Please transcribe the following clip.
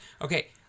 okay